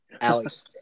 Alex